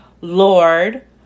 lord